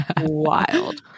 wild